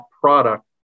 product